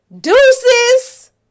deuces